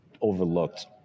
overlooked